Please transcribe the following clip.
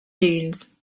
dunes